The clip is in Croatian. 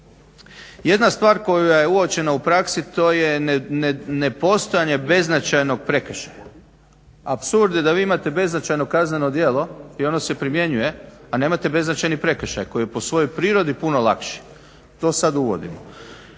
jedna stvar koja je uočena u praksi to je nepostojanje beznačajnog prekršaja. Apsurd je da vi imate beznačajno kazneno djelo i ono se primjenjuje, a nemate beznačajni prekršaj koji po svojoj prirodi puno lakši. To sada uvodimo.